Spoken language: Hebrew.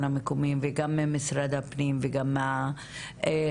המקומי וגם ממשרד הפנים וגם מהרשות,